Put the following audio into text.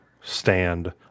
stand